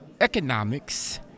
economics